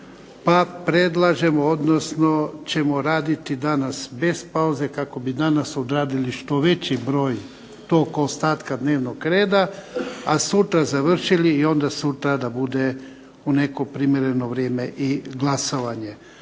pa predlažem, odnosno ćemo raditi danas bez pauze kako bi danas odradili što veći broj tog ostatka dnevnog reda, a sutra završili i onda sutra da bude u neko primjereno vrijeme i glasovanje.